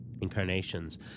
incarnations